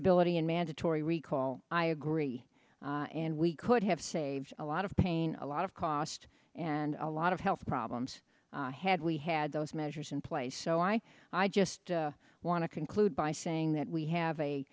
traceability and mandatory recall i agree and we could have saved a lot of pain lot of cost and a lot of health problems had we had those measures in place so i i just want to conclude by saying that we have a